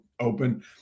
open